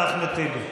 חבר הכנסת אחמד טיבי,